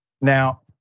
Now